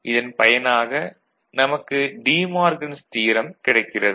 இதன் பயனாக நமக்கு De Morgan's theorem De Morgan's Theorem கிடைக்கிறது